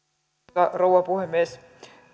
arvoisa rouva puhemies